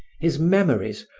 his memories,